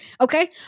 Okay